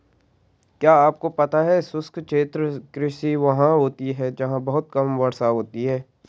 क्या आपको पता है शुष्क क्षेत्र कृषि वहाँ होती है जहाँ बहुत कम वर्षा होती है?